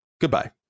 Goodbye